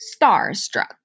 starstruck